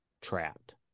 trapped